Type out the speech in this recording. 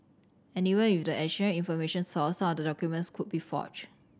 and even with the additional information sourced some of the documents could be forged